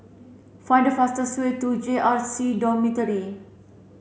find the fastest way to J R C Dormitory